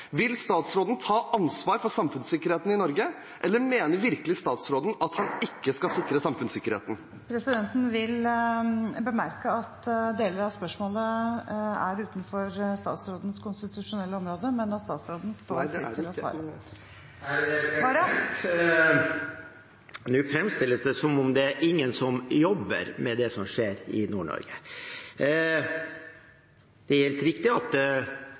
Vil statsråden ta ansvar for samfunnssikkerheten i Norge, eller mener virkelig statsråden at han ikke skal sikre samfunnssikkerheten? Presidenten vil bemerke at deler av spørsmålet er utenfor statsrådens konstitusjonelle område, men at statsråden står fritt til å svare på det. Nå framstilles det som om det ikke er noen som jobber med det som skjer i Nord-Norge. Det er helt riktig at